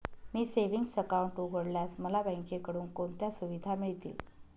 मी savings account उघडल्यास मला बँकेकडून कोणत्या सुविधा मिळतील?